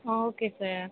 ah okay sir